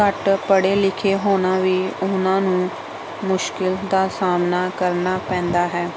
ਘੱਟ ਪੜ੍ਹੇ ਲਿਖੇ ਹੋਣਾ ਵੀ ਉਨ੍ਹਾਂ ਨੂੰ ਮੁਸ਼ਕਿਲ ਦਾ ਸਾਹਮਣਾ ਕਰਨਾ ਪੈਂਦਾ ਹੈ